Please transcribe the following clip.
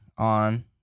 on